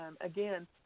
Again